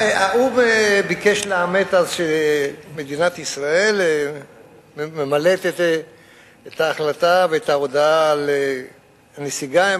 האו"ם ביקש לאמת אז שמדינת ישראל ממלאת את ההחלטה ואת ההודעה על הנסיגה,